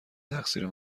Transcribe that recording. تقصیر